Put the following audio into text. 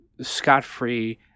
scot-free